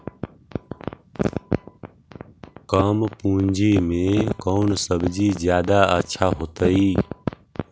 कम पूंजी में कौन सब्ज़ी जादा अच्छा होतई?